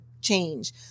change